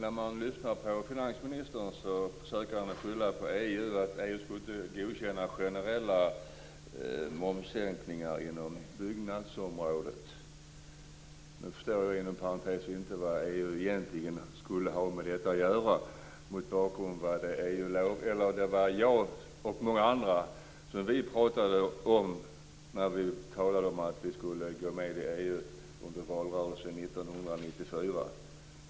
Fru talman! Finansministern försöker skylla på EU, att EU inte skulle godkänna generella momssänkningar inom byggnadsområdet. Nu förstår jag inom parentes sagt inte vad EU egentligen skulle ha med detta att göra, mot bakgrund av vad jag och många andra talade om under valrörelsen 1994 när vi skulle gå med i EU.